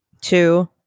Two